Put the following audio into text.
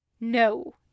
No